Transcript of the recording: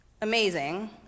amazing